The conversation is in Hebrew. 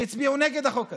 והצביעו נגד החוק הזה,